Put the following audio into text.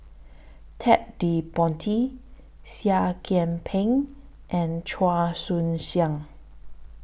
Ted De Ponti Seah Kian Peng and Chua Siang